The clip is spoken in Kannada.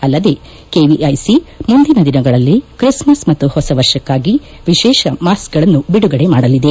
ಅಲ್ಲದೆ ಕೆವಿಐಸಿ ಮುಂದಿನ ದಿನಗಳಲ್ಲಿ ತ್ರಿಸ್ಮಸ್ ಮತ್ತು ಹೊಸ ವರ್ಷಕ್ಕಾಗಿ ವಿಶೇಷ ಮಾಸ್ಕ್ ಗಳನ್ನು ಬಿಡುಗಡೆ ಮಾಡಲಿದೆ